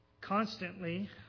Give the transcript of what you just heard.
Constantly